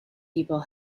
people